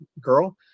girl